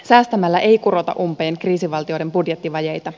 säästämällä ei kurota umpeen kriisivaltioiden budjettivajeita